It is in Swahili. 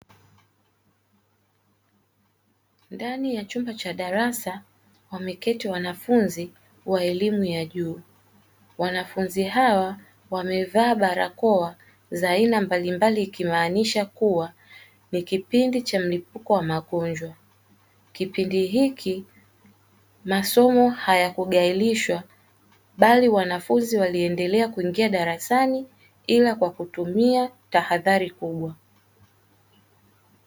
Ndani ya chumba cha darasa wameketi wanafunzi wa elimu ya juu. Wanafunzi hawa wamevaa barakoa za aina mbalimbali ikimaanisha kuwa ni kipindi cha mlipuko wa magonjwa. Kipindi hiki masomo hayakugailishwa, bali wanafunzi waliendelea kuingia darasani ila kwa kutumia tahadhari.